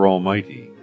Almighty